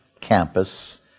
campus